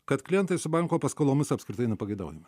kad klientai su banko paskolomis apskritai nepageidaujami